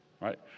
right